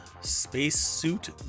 Spacesuit